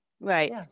Right